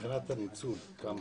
מבחינת הניצול, כמה?